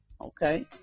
okay